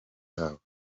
yabo